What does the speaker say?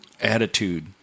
attitude